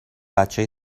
بچه